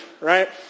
right